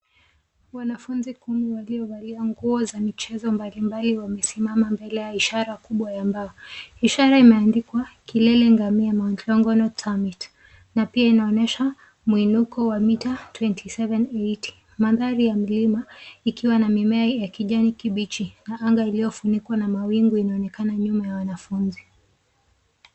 Wanafunzi kumi waliovalia nguo za michezo mbalimbali wamesimama mbele ya ishara kubwa ya mbao. Ishara imeandikwa, Kilele Ngamia Mount Longonot Summit, na pia inaonesha muinuko wa mita twenty seven eighty . Mandhari ya mlima, ikiwa na mimea ya kijani kibichi, na anga iliyofunikwa na mawingu inaonekana nyuma ya wanafunzi.